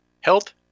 health